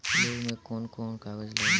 Loan में कौन कौन कागज लागी?